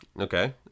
Okay